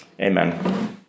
amen